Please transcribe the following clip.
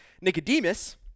Nicodemus